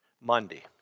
Monday